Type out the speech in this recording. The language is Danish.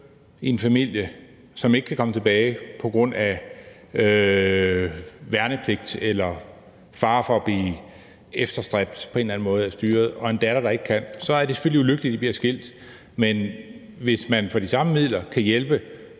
i en familie, som ikke kan komme tilbage på grund af værnepligt eller fare for at blive efterstræbt på en eller anden måde af styret, og en datter, som ikke kan, er det selvfølgelig ulykkeligt, at de bliver skilt, men hvis man for de samme midler kan hjælpe